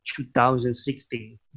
2016